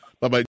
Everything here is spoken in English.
Bye-bye